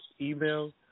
email